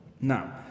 now